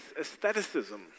aestheticism